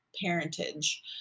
parentage